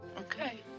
Okay